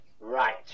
Right